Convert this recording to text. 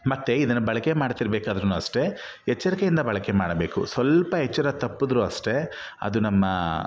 ಮತ್ತು ಇದನ್ನು ಬಳಕೆ ಮಾಡ್ತಿರಬೇಕಾದ್ರೂ ಅಷ್ಟೇ ಎಚ್ಚರಿಕೆಯಿಂದ ಬಳಕೆ ಮಾಡಬೇಕು ಸ್ವಲ್ಪ ಎಚ್ಚರ ತಪ್ಪಿದ್ರೂ ಅಷ್ಟೇ ಅದು ನಮ್ಮ